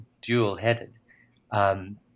dual-headed